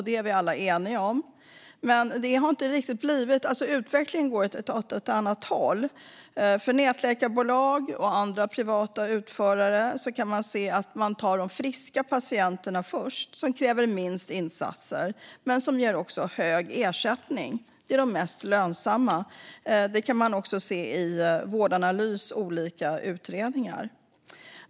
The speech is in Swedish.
Detta är vi alla eniga om, men det har inte riktigt blivit så. Utvecklingen går åt ett annat håll. Man kan se att nätläkarbolag och andra privata utförare tar de friska patienterna först, de som kräver minst insatser men som ger hög ersättning. Det är de mest lönsamma. Detta kan man också se i Vård och omsorgsanalys olika utredningar.